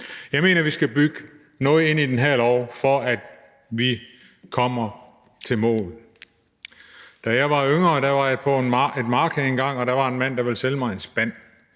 Jeg mener, at vi skal bygge noget ind i det her lovforslag, for at vi kommer i mål. Da jeg var yngre, var jeg på et marked engang, og der var en mand, der ville sælge mig en spand.